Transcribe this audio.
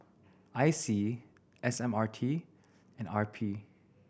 I C S M R T and R P